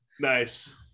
Nice